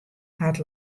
hat